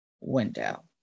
window